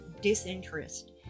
disinterest